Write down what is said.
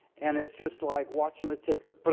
and it's just like watching a ticker, but